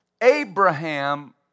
Abraham